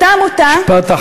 אותה עמותה, משפט אחרון.